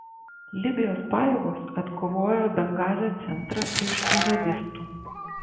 libijos pajėgos atkovojo bengazio centrą iš džihadistų